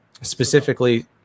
specifically